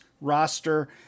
roster